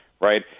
right